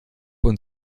und